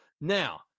Now